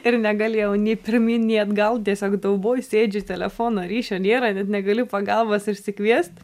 ir negalėjau nei pirmyn nei atgal tiesiog dauboj sėdžiu telefono ryšio nėra net negali pagalbos išsikviest